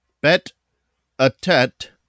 Bet-A-Tet